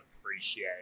appreciate